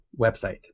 website